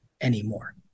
anymore